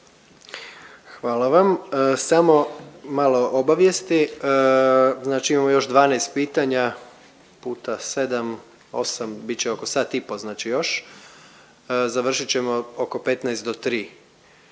Hvala vam. Samo malo obavijesti. Znači imamo još 12 pitanja, puta 7, 8, bit će oko sat i po', znači još. Završit ćemo oko 15 do 3.